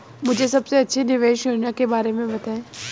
मुझे सबसे अच्छी निवेश योजना के बारे में बताएँ?